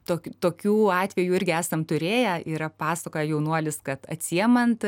tok tokių atvejų irgi esam turėję yra pasakojo jaunuolis kad atsiimant